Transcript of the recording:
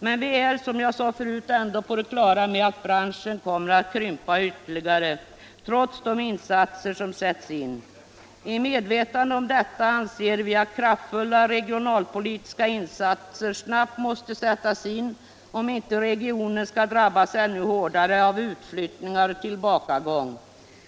Men vi är, som jag sade förut, ändå på det klara med att branschen kommer att krympa ytterligare trots de insatser som sätts in. I medvetande om detta anser vi att kraftfulla regionalpolitiska insatser snabbt måste sättas in om inte regionen skall drabbas ännu hårdare av utflyttningar och tillbakagång.